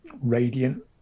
radiant